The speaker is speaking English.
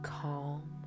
calm